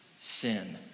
sin